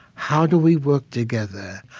how do we work together?